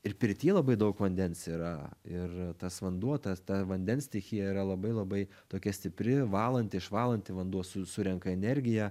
ir pirty labai daug vandens yra ir tas vanduo tas ta vandens stichija yra labai labai tokia stipri valanti išvalanti vanduo su surenka energiją